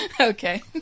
Okay